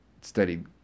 studied